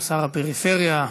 שר הפריפריה,